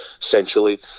essentially